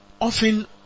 Often